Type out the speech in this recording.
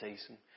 season